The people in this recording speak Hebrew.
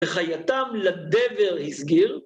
וחייתם לדבר הסגיר.